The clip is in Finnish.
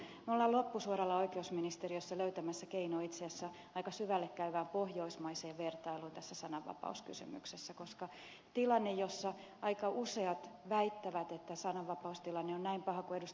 me olemme loppusuoralla oikeusministeriössä löytämässä keinon itse asiassa aika syvälle käyvään pohjoismaiseen vertailuun tässä sananvapauskysymyksessä koska tilanteessa jossa aika useat väittävät että sananvapaustilanne on näin paha kuin ed